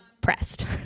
pressed